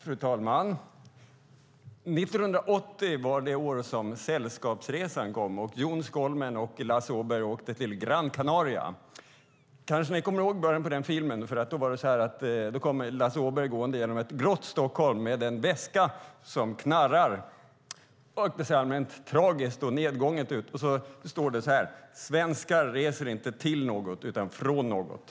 Fru talman! År 1980 var det år då Sällskapsresan kom och då Jon Skolmen och Lasse Åberg åkte till Gran Canaria. Ni kommer kanske ihåg början på filmen. Lasse Åberg kommer gående genom ett grått Stockholm med en väska som knarrar. Det ser allmänt tragiskt och nedgånget ut. Man kan läsa: Svenskar reser inte till något utan från något.